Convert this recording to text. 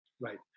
Right